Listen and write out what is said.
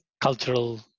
cultural